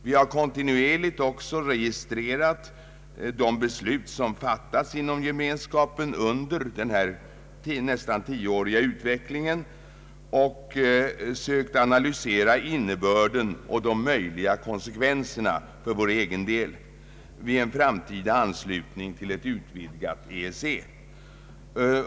Vi har också kontinuerligt registrerat de beslut som har fattats inom Gemenskapen under denna nästan tioåriga utveckling. Vi har sökt analysera innebörden och de möjliga konsekvenserna för vår egen del vid en framtida anslutning till ett utvidgat EEC.